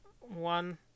one